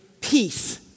peace